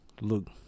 look